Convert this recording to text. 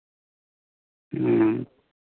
ᱦᱮᱸ